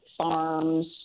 farms